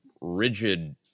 rigid